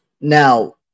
Now